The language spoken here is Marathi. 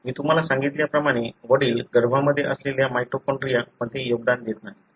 मी तुम्हाला सांगितल्याप्रमाणे वडील गर्भामध्ये असलेल्या माइटोकॉन्ड्रिया मध्ये योगदान देत नाहीत